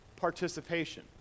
participation